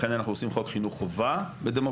לכן אנחנו עושים חוק חינוך חובה בדמוקרטיות.